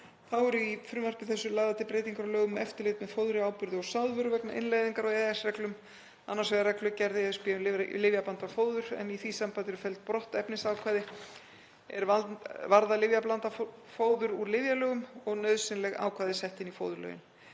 Þá eru í frumvarpi þessu lagðar til breytingar á lögum um eftirlit með fóðri, áburði og sáðvöru vegna innleiðingar á EES-reglum, annars vegar reglugerð ESB um lyfjablandað fóður en í því sambandi eru felld brott efnisákvæði er varða lyfjablandað fóður úr lyfjalögum og nauðsynleg ákvæði sett inn í fóðurlög.